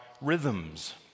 rhythms